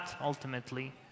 ultimately